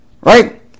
Right